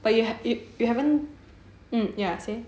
but you have if you haven't mm ya say